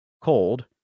cold